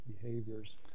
behaviors